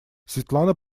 светлана